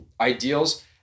ideals